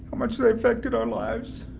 much they affected our lives.